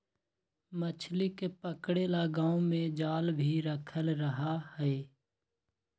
मछली के पकड़े ला गांव में जाल भी रखल रहा हई